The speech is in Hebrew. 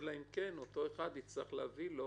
אלא אם כן אותו אחד יצטרך להביא לו